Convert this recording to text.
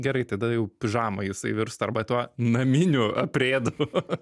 gerai tada jau pižama jisai virsta arba tuo naminiu aprėdu